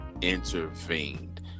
intervened